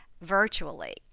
virtually